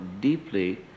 deeply